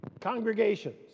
congregations